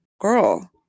girl